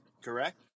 correct